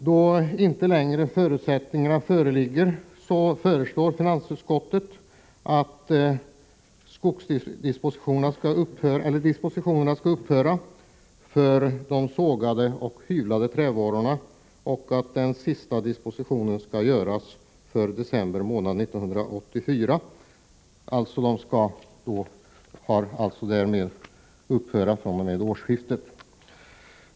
Då förutsättningarna inte längre föreligger, föreslår finansutskottets majoritet att depositionerna skall upphöra att gälla för sågade och hyvlade trävaror och att den sista depositionen skall göras för december 1984. Depositionerna skall alltså slopas fr.o.m. årsskiftet.